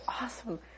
awesome